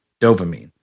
dopamine